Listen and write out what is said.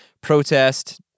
protest